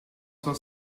was